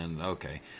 Okay